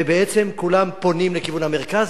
ובעצם כולם פונים לכיוון המרכז.